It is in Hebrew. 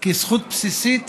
כזכות בסיסית